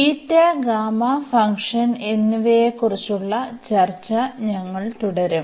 beta gamma function എന്നിവയെക്കുറിച്ചുള്ള ചർച്ച ഞങ്ങൾ തുടരും